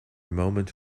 moment